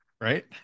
Right